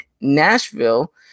Nashville